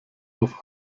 auf